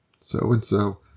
so-and-so